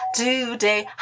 today